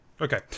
Okay